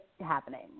happening